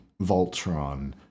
Voltron